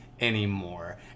anymore